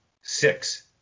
Six